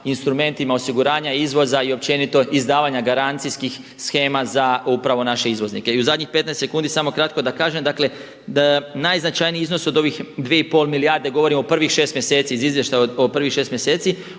instrumentima osiguranja izvoza i općenito izdavanja garancijskih shema za upravo naše izvoznike. I u zadnjih 15 sekundi samo kratko da kažem, dakle najznačajniji iznos od ovih 2,5 milijarde, govorimo u prvih 6 mjeseci, iz izvještaja o prvih 6 mjeseci,